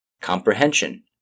Comprehension